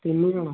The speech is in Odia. ତିନି ଜଣ